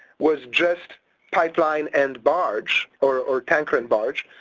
was just pipeline and barge, or, or tanker and barge,